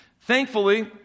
Thankfully